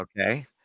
Okay